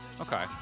Okay